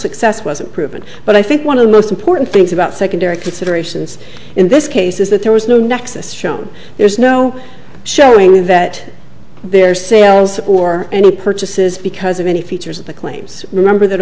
success wasn't proven but i think one of the most important things about secondary considerations in this case is that there was no nexus shown there's no showing that their sales or any purchases because of any features of the claims remember that